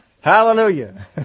Hallelujah